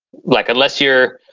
like, unless you're,